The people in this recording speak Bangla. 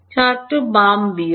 ছাত্র বাম বিয়োগ